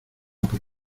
por